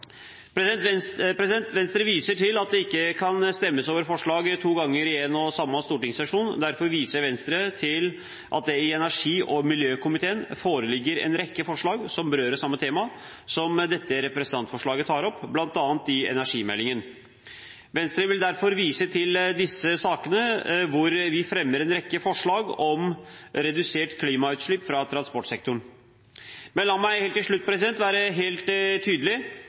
Venstre viser til at det ikke kan stemmes over forslag to ganger i én og samme stortingssesjon. Derfor viser Venstre til at det i energi- og miljøkomiteen foreligger en rekke forslag som berører samme tema som dette representantforslaget tar opp, bl.a. i Energimeldingen. Venstre vil derfor vise til disse sakene, hvor vi fremmer en rekke forslag om reduserte klimautslipp fra transportsektoren. La meg helt til slutt være helt tydelig: